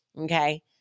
Okay